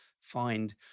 find